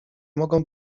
mogą